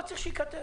למה צריך שייכתב?